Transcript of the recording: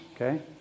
okay